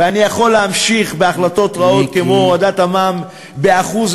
ואני יכול להמשיך בהחלטות רעות כמו הורדת המע"מ ב-1%,